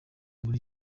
muri